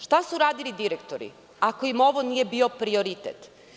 Šta su radili direktori ako im ovo nije bio prioritet?